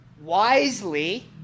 wisely